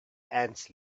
ants